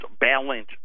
balance